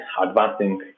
advancing